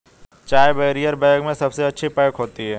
चाय barrier bag में सबसे अच्छी पैक होती है